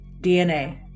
DNA